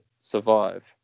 survive